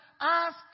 Ask